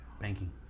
banking